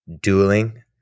dueling